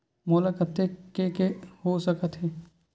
मोला कतेक के के हो सकत हे?